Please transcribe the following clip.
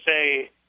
say